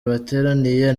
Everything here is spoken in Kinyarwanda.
bateraniye